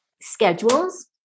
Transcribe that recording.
schedules